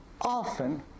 often